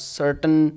certain